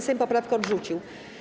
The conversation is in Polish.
Sejm poprawkę odrzucił.